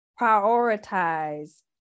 prioritize